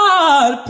God